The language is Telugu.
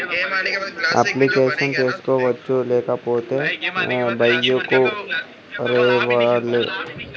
అప్లికేషన్ చేసుకోవచ్చా లేకపోతే బ్యాంకు రావాలా?